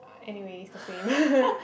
anyway it's the same